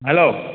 hello